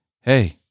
hey